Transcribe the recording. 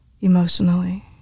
emotionally